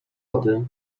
lody